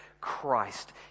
Christ